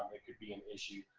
it could be an issue.